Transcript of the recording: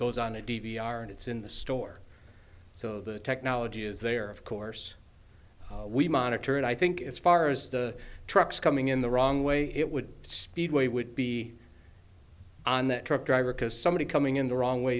goes on a d v r and it's in the store so the technology is there of course we monitor it i think it's far as the trucks coming in the wrong way it would speedway would be on that truck driver because somebody's coming in the wrong way